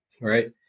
right